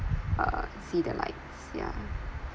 uh see the lights yeah